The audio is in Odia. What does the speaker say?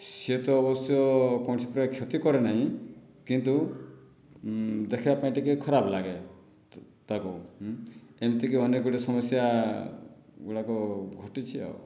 ସିଏ ତ ଅବଶ୍ୟ କୌଣସି ପ୍ରକାର କ୍ଷତି କରେ ନାହିଁ କିନ୍ତୁ ଦେଖିବା ପାଇଁ ଟିକିଏ ଖରାପ ଲାଗେ ତା'କୁ ଏମିତିକି ଅନେକ ଗୁଡ଼ିଏ ସମସ୍ୟା ଗୁଡ଼ାକ ଘଟିଛି ଆଉ